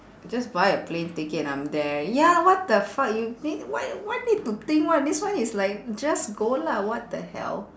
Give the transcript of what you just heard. just buy a plane ticket I'm there ya what the fuck you mean why why need to think [one] this one is like just go lah what the hell